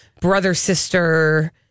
brother-sister